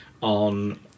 on